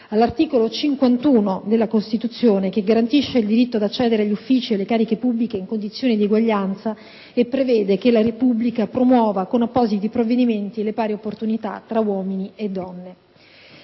all'articolo 51 della Costituzione che garantisce il diritto di accedere agli uffici pubblici e alle cariche elettive in condizioni di eguaglianza e prevede che la Repubblica promuova con appositi provvedimenti le pari opportunità tra uomini e donne.